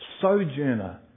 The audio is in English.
Sojourner